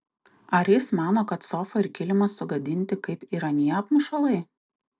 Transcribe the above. ar jis mano kad sofa ir kilimas sugadinti kaip ir anie apmušalai